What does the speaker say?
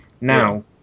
now